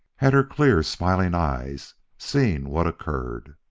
had her clear, smiling eyes seen what occurred?